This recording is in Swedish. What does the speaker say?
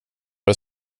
det